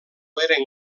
eren